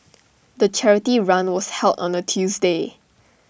the charity run was held on A Tuesday